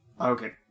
Okay